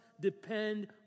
depend